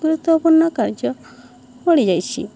ଗୁରୁତ୍ୱପୂର୍ଣ୍ଣ କାର୍ଯ୍ୟ ପଡ଼ିଯାଇସି